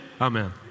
Amen